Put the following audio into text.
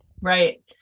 Right